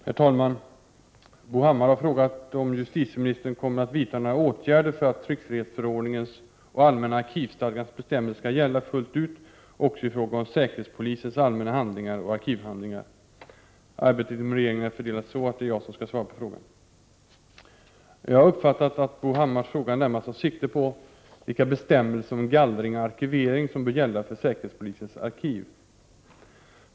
Herr talman! Bo Hammar har frågat om justitieministern kommer att vidta några åtgärder för att tryckfrihetsförordningens och allmänna arkivstadgans bestämmelser skall gälla fullt ut också i fråga om säkerhetspolisens allmänna handlingar och arkivhandlingar. Arbetet inom regeringen är fördelat så, att det är jag som skall svara på frågan. Jag har uppfattat att Bo Hammars fråga närmast tar sikte på vilka bestämmelser om gallring och arkivering som bör gälla för säkerhetspolisens arkiv.